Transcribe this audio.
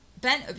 Ben